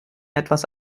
etwas